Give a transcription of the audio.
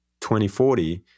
2040